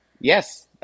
yes